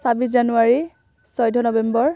ছাব্বিছ জানুৱাৰী চৈধ্য নবেম্বৰ